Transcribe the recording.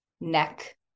neck